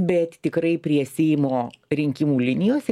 bet tikrai prie seimo rinkimų linijos